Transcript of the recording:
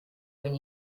when